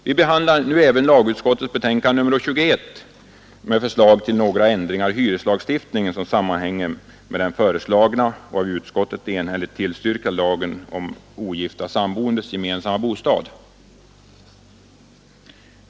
Vi behandlar ju även nu lagutskottets betänkande nr 21 med förslag till några ändringar i hyreslagstiftningen som sammanhänger med den föreslagna och av utskottet enhälligt tillstyrkta lagen om ogifta samboendes gemensamma bostad.